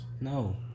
No